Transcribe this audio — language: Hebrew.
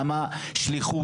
גם השליחות,